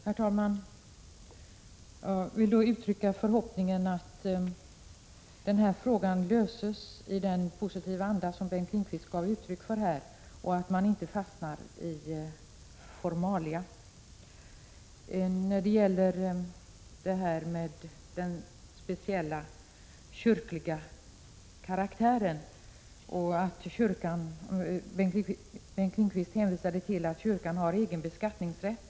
Herr talman! Jag vill uttrycka förhoppningen att den här frågan behandlas i den positiva anda som Bengt Lindqvist ger uttryck för här och att man inte fastnar i formalia. Bengt Lindqvist hänvisade till att kyrkan har egen beskattningsrätt.